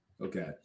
Okay